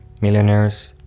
millionaires